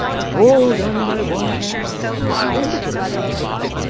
they're all done by one hand a little hand it is,